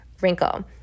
wrinkle